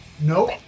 Nope